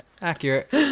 Accurate